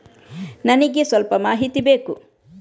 ನನಿಗೆ ಸ್ವಲ್ಪ ಮಾಹಿತಿ ಬೇಕು